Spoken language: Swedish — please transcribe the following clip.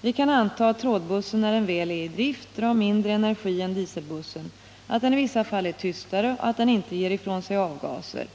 Vi kan anta att trådbussen när den väl är i drift drar mindre energi än dieselbussen, att den i vissa fall är tystare och att den inte ger ifrån sig avgaser.